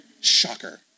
Shocker